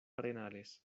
arenales